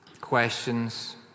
questions